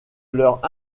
leurs